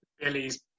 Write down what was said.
Billy's